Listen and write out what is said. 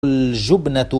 الجبنة